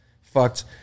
fucked